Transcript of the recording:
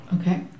Okay